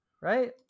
Right